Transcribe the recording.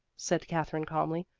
said katherine calmly,